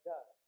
God